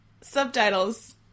subtitles